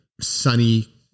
sunny